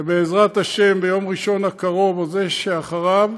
ובעזרת השם, ביום ראשון הקרוב, או זה שאחריו,